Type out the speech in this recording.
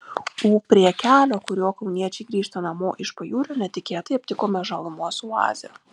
o prie kelio kuriuo kauniečiai grįžta namo iš pajūrio netikėtai aptikome žalumos oazę